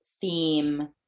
theme